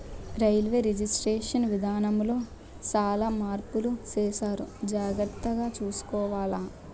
railway reservation విధానములో సాలా మార్పులు సేసారు జాగర్తగ సూసుకోవాల